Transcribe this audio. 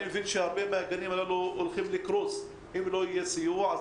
אני מבין שהרבה מהגנים האלה הולכים לקרוס אם לא יהיה סיוע.